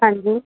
ਹਾਂਜੀ